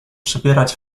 przybierać